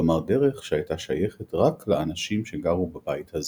כלומר דרך שהיתה שיכת רק לאנשים שגרו בבית הזה.